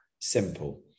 simple